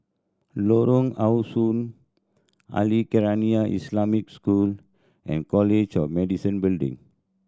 Lorong How Sun Al Khairiah Islamic School and College of Medicine Building